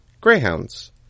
Greyhounds